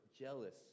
jealous